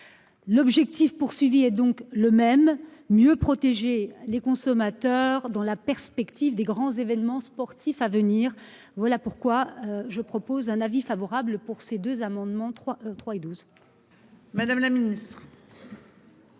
L'objectif poursuivi est donc le même mieux protéger les consommateurs dans la perspective des grands événements sportifs à venir. Voilà pourquoi je propose un avis favorable pour ces 2 amendements trois